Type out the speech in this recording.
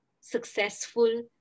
successful